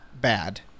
bad